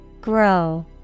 Grow